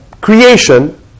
creation